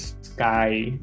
sky